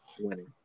winning